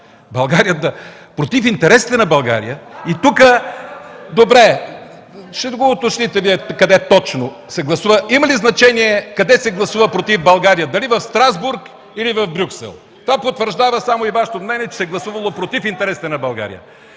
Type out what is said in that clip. представител Михаил Миков.) Добре, ще го уточните Вие къде точно се гласува. Има ли значение къде се гласува против България – дали в Страсбург, или в Брюксел?! Това потвърждава само и Вашето мнение, че се е гласувало против интересите на България.